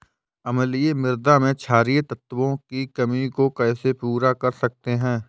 अम्लीय मृदा में क्षारीए तत्वों की कमी को कैसे पूरा कर सकते हैं?